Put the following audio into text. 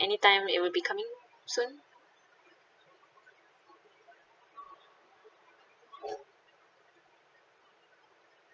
anytime it will be coming soon